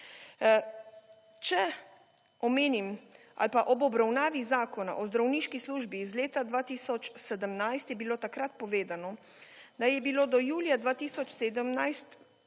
Če omenim ali pa, ob obravnavi Zakona o zdravniški službi iz leta 2017, je bilo takrat povedano, da je bilo do julija 2017